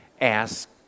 ask